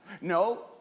No